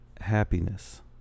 happiness